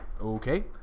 okay